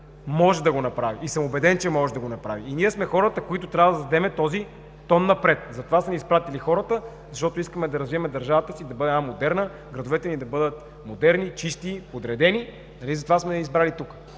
може да го направи и съм убеден, че може да го направи. И ние сме хората, които трябва да зададем този тон напред. Затова са ни изпратили хората, защото искаме да развиваме държавата си да бъде модерна, градовете ни да бъдат модерни, чисти, подредени, нали затова сме избрани тук.